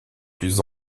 plus